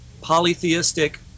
polytheistic